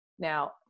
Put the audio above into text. Now